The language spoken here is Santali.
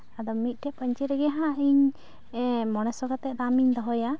ᱟᱫᱚ ᱢᱤᱫᱴᱮᱡ ᱯᱟᱹᱧᱪᱤ ᱨᱮᱜᱮ ᱦᱟᱸᱜ ᱤᱧ ᱢᱚᱬᱮ ᱥᱚ ᱠᱟᱛᱮ ᱫᱟᱢᱤᱧ ᱫᱚᱦᱚᱭᱟ